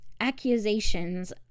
accusations